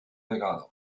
legado